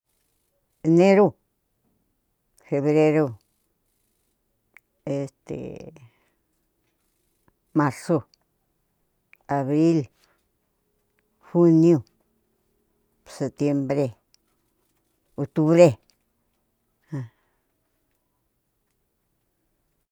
Neru, gevreru este marzu, abril, juniu, setiempre, octubre an.